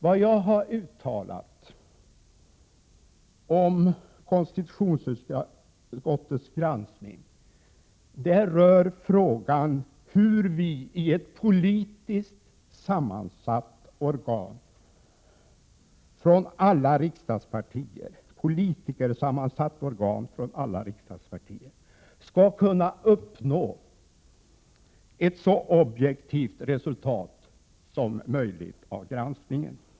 Vad jag har uttalat om konstitutionsutskottets granskning rör frågan hur vi i ett politikersammansatt organ från alla riksdagens partier skall kunna uppnå ett så objektivt resultat som möjligt av granskningen.